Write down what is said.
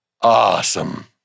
awesome